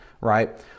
right